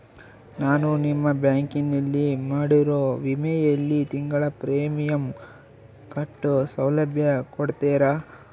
ನಾನು ನಿಮ್ಮ ಬ್ಯಾಂಕಿನಲ್ಲಿ ಮಾಡಿರೋ ವಿಮೆಯಲ್ಲಿ ತಿಂಗಳ ಪ್ರೇಮಿಯಂ ಕಟ್ಟೋ ಸೌಲಭ್ಯ ಕೊಡ್ತೇರಾ?